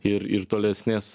ir ir tolesnės